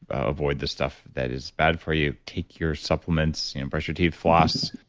ah avoid the stuff that is bad for you. take your supplements, brush your teeth, floss,